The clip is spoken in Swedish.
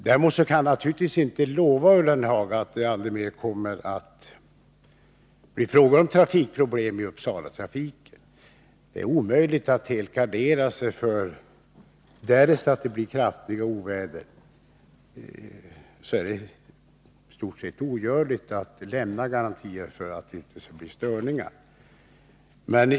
Däremot kan jag förbindelse med naturligtvis inte lova Jörgen Ullenhag att det aldrig mer kommer att bli fråga — fastlandet om trafikproblem vad gäller Uppsalatrafiken. Det är omöjligt att helt gardera sig. Det är i stort sett ogörligt att lämna garantier för att det inte blir störningar, därest det blir kraftiga oväder.